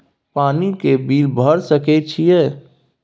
पानी के बिल भर सके छियै?